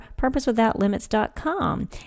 purposewithoutlimits.com